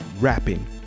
rapping